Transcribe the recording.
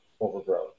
overgrowth